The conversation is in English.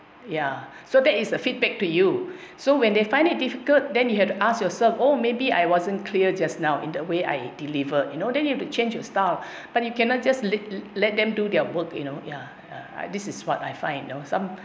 ya so that is a feedback to you so when they find it difficult then you have to ask yourself or maybe I wasn't clear just now in the way I deliver you know then you have to change your style but you cannot just little let them do their work you know ya ya this is what I find know some